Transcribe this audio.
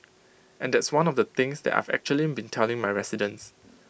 and that's one of the things that I've actually been telling my residents